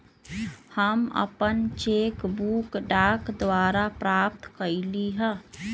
हम अपन cheque book डाक द्वारा प्राप्त कईली ह